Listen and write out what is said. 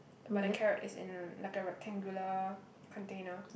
but the carrot is in like a rectangular container